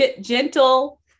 gentle